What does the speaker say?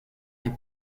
les